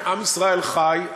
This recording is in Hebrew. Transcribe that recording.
עם ישראל חי.